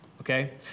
Okay